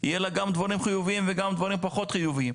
יהיה לה גם דברים חיוביים וגם דברים פחות חיוביים.